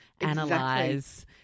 analyze